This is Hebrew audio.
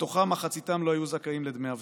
מחציתם לא היו זכאים לדמי אבטלה.